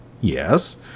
yes